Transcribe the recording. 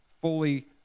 fully